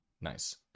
nice